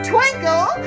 Twinkle